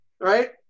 Right